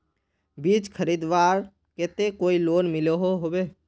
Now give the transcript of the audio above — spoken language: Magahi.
बीज खरीदवार केते कोई लोन मिलोहो होबे?